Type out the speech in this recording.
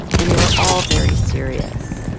and they were all very serious.